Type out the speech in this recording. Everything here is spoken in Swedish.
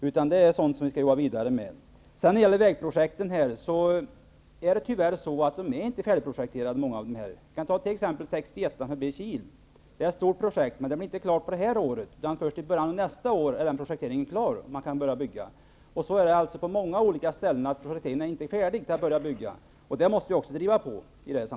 Jag vill vidare beträffande vägprojekten säga att många av dem tyvärr inte är färdigprojekterade. Riksväg 61 förbi Kil är ett stort projekt, som inte blir färdigprojekterat förrän i början av nästa år. Därefter kan man börja bygga. På många ställen är projekteringen inte färdig, och i de sammanhangen måste vi driva på.